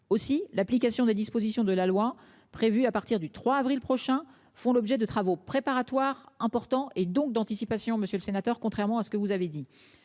aussi l'application des dispositions de la loi prévue à partir du 3 avril prochain font l'objet de travaux préparatoires importants et donc d'anticipation Monsieur le sénateur, contrairement à ce que vous avez dit